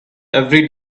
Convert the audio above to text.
every